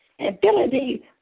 ability